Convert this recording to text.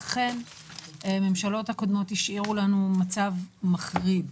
הממשלות הקודמות השאירו לנו מצב מחריד,